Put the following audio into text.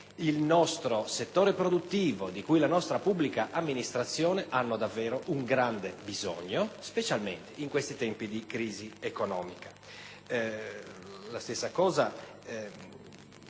il nostro settore produttivo e la nostra pubblica amministrazione hanno davvero grande bisogno, specialmente in tempi di crisi economica.